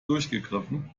durchgegriffen